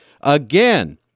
again